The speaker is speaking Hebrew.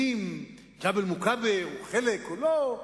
אם ג'בל-מוכבר הוא חלק או לא.